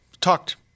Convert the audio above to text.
talked